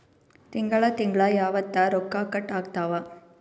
ತಿಂಗಳ ತಿಂಗ್ಳ ಯಾವತ್ತ ರೊಕ್ಕ ಕಟ್ ಆಗ್ತಾವ?